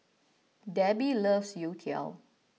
Debbie loves Youtiao